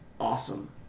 awesome